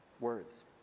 words